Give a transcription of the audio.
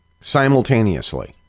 Simultaneously